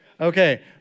Okay